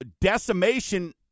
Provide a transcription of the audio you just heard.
decimation